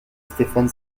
stéphane